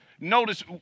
Notice